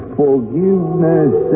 forgiveness